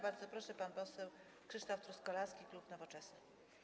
Bardzo proszę, pan poseł Krzysztof Truskolaski, klub Nowoczesna.